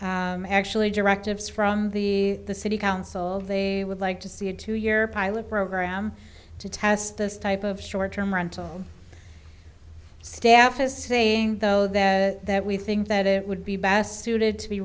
are actually directives from the city council they would like to see a two year pilot program to test this type of short term rental staff is saying though that we think that it would be best suited to be